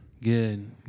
Good